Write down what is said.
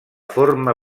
forma